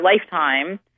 lifetime